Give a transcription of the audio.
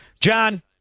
john